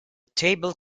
table